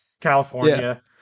california